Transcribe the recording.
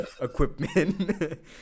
equipment